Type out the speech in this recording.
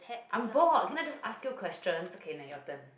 I'm bored can I ask you question okay now your turn